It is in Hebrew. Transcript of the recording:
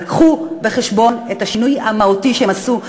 אבל הביאו בחשבון את השינוי המהותי שהם עשו,